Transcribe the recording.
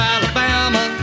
Alabama